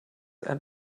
and